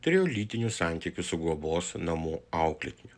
turėjo lytinių santykių su globos namų auklėtiniu